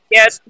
Yes